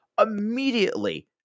immediately